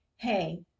Hey